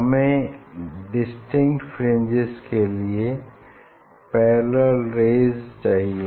हमें distinct fringes के लिए पैरेलल रेज़ चाहिए